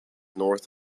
north